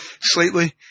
slightly